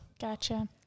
Gotcha